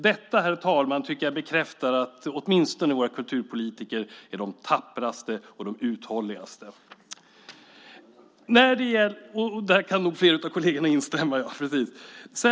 Detta, herr talman, tycker jag bekräftar att åtminstone våra kulturpolitiker är de tappraste och de uthålligaste. Där kan nog flera av kollegerna instämma.